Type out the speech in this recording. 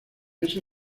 ese